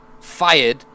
fired